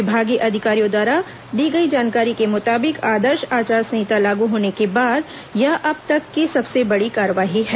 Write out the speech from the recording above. विभागीय अधिकारियों द्वारा दी गई जानकारी के मुताबिक आदर्श आचार संहिता लागू होने के बाद यह अब तक की सबसे बडी कार्रवाई है